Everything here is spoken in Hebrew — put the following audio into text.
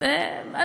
היה בהיסטוריה.